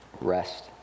rest